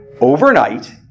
overnight